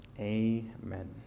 amen